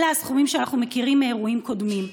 אלה הסכומים שאנחנו מכירים מאירועים קודמים.